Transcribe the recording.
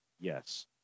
Yes